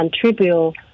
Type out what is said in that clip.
contribute